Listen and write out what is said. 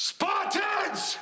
Spartans